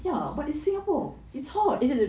ya but it's singapore it's hot